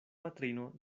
patrino